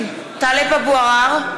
טלב אבו עראר,